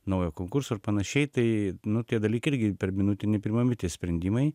naujo konkurso ir panašiai tai nu tie dalykai irgi per minutę nepriimami sprendimai